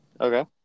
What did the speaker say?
Okay